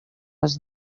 les